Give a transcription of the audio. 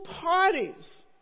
parties